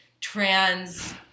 trans